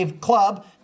Club